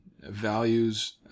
values